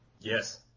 yes